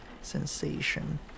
sensation